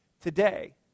today